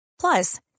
Plus